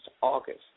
August